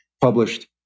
published